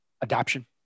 adoption